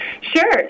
Sure